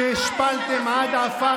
שהשפלתם עד עפר,